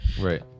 right